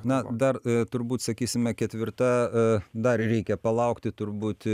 na dar turbūt sakysime ketvirta e dar reikia palaukti turbūt